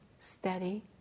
steady